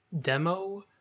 demo